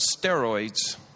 steroids